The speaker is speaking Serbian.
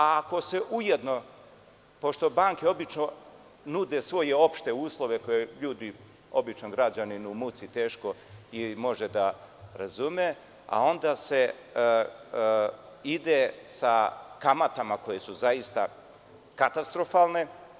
A ako se ujedno, pošto banke obično nude svoje opšte uslove koje ljudi običnom građaninu u muci teško ili može da razume, a onda se ide sa kamatama koje su zaista katastrofalne.